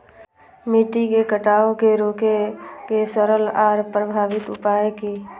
मिट्टी के कटाव के रोके के सरल आर प्रभावी उपाय की?